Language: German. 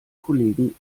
kollegen